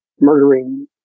murdering